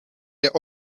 der